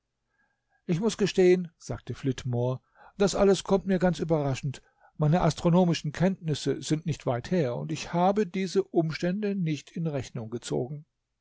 ich muß gestehen sagte flitmore das alles kommt mir ganz überraschend meine astronomischen kenntnisse sind nicht weit her und ich habe diese umstände nicht in rechnung gezogen